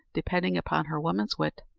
depending upon her woman's wit,